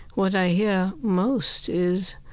what i hear most is